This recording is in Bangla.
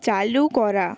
চালু করা